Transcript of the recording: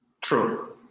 True